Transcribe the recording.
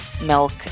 milk